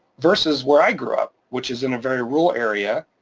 versus where i grew up, which is in a very rural area.